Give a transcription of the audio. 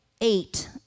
Eight